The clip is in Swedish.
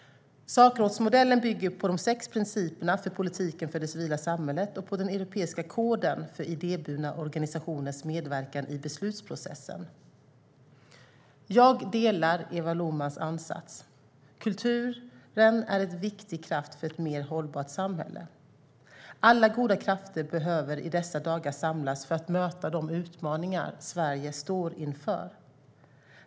Sakrådsmodellen bygger på de sex principerna för politiken för det civila samhället och på den europeiska koden för idéburna organisationers medverkan i beslutsprocessen. Jag delar Eva Lohmans ansats: Kulturen är en viktig kraft för ett mer hållbart samhälle. Alla goda krafter behöver i dessa dagar samlas för att möta de utmaningar Sverige står inför.